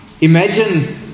Imagine